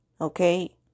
Okay